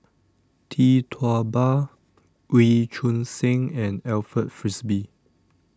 Tee Tua Ba Wee Choon Seng and Alfred Frisby